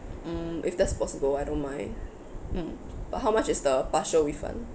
mm if that's possible I don't mind mm but how much is the partial refund